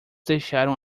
deixaram